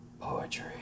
poetry